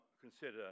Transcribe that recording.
consider